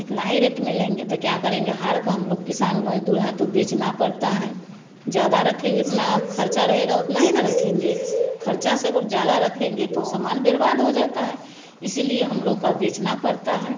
इतना ही रेट में लेंगे तो क्या करेंगे हार क हम लोग किसान मजदूर है तो बेचना पड़ता है जादा रखे उतना आप खर्चा रहेगा उतना ही ना रखेंगे खर्चा से अगर ज्यादा रखेंगे तो समान बर्बाद हो जाता है इसीलिए हम लोग का बेचना पड़ता है